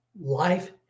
life